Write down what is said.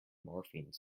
morphine